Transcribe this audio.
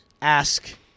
ask